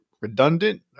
redundant